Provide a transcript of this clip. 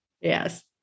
Yes